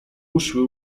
uszły